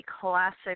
classic